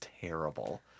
terrible